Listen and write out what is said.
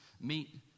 meet